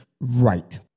Right